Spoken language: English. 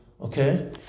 Okay